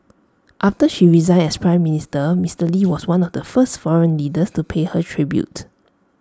after she resigned as Prime Minister Mister lee was one of the first foreign leaders to pay her tribute